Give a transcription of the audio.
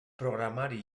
programari